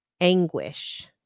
anguish